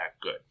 good